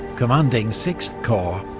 commanding sixth corps,